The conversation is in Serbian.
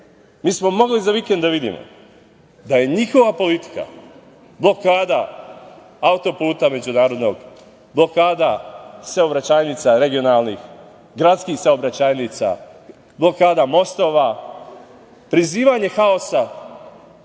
smo mogli za vikend da vidimo, da je njihova politika blokada auto puta međunarodnog, blokada saobraćajnica regionalnih, gradskih saobraćajnica, blokada mostova, prizivanje haosa,